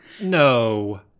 No